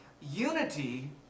unity